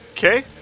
Okay